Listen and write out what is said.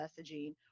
messaging